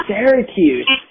Syracuse